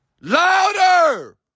Louder